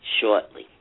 shortly